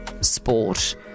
sport